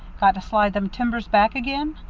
got to slide them timbers back again?